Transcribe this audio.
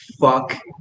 Fuck